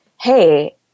Hey